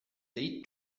date